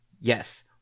Yes